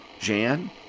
Jan